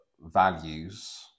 values